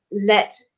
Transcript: let